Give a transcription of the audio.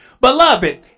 Beloved